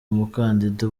umukandida